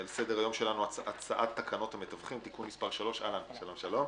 על סדר היום שלנו הצעת תקנות המתווכים (תיקון מס' 3). בבקשה,